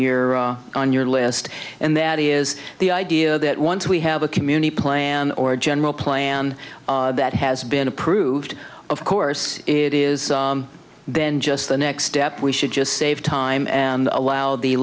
your on your list and that is the idea that once we have a community plan or a general plan that has been approved of course it is then just the next step we should just save time and allow the